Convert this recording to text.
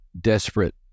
desperate